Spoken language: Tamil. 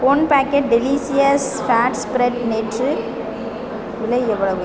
one packet delicious fat spread நேற்று விலை எவ்வளவு